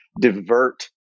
divert